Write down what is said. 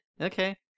okay